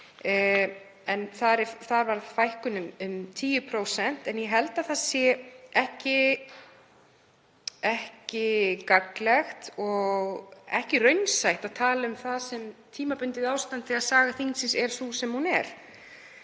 var um 10%. Ég held að það sé ekki gagnlegt og ekki raunsætt að tala um það sem tímabundið ástand þegar saga þingsins er sú sem hún er.